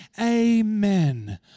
Amen